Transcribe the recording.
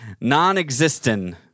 Non-existent